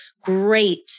great